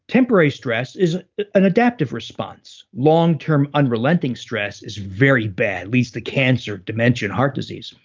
temporary stress is an adaptive response. long-term unrelenting stress, is very bad, leads to cancer, dementia, and heart disease.